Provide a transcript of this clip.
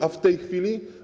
A w tej chwili?